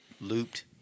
looped